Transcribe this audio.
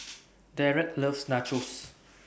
Dereck loves Nachos